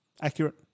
Accurate